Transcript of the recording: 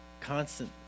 constant